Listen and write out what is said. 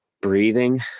breathing